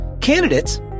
Candidates